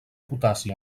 potassi